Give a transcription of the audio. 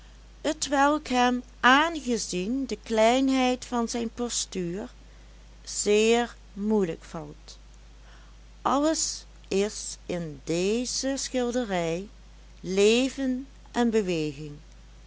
t welk hem aangezien de kleinheid van zijn postuur zeer moeielijk valt alles is in deze schilderij leven en beweging